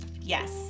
Yes